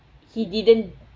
he didn't